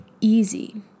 easy